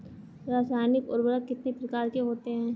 रासायनिक उर्वरक कितने प्रकार के होते हैं?